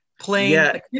playing